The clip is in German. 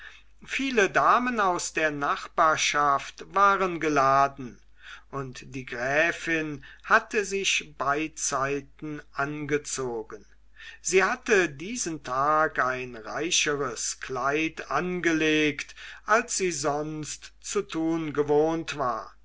viele damen aus der nachbarschaft waren geladen und die gräfin hatte sich beizeiten angezogen sie hatte diesen tag ein reicheres kleid angelegt als sie sonst zu tun gewohnt war